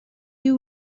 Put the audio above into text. you